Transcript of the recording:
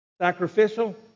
Sacrificial